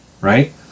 right